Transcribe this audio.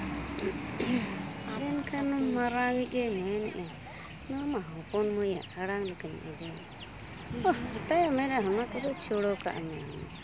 ᱢᱮᱱᱠᱷᱟᱱ ᱢᱟᱨᱟᱝ ᱧᱤᱡᱼᱮ ᱢᱮᱱᱮᱜᱼᱟ ᱱᱚᱣᱟ ᱢᱟ ᱦᱚᱯᱚᱱ ᱢᱟᱹᱭᱟᱜ ᱟᱲᱟᱝ ᱟᱸᱡᱚᱢᱮᱜᱼᱟ ᱢᱮᱱᱮᱜᱼᱟ ᱚᱱᱟ ᱠᱚᱫᱚ ᱪᱷᱩᱲᱟᱹᱣ ᱠᱟᱜᱼᱢᱮ